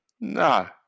No